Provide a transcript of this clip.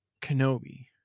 Kenobi